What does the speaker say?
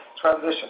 transition